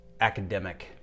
academic